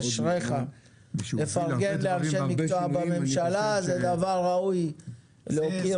יש הרבה אנשי מקצוע טובים בממשלה זה דבר ראוי להוקיר.